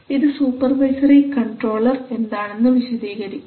ഇത് supervisory controller എന്താണെന്ന് വിശദീകരിക്കുന്നു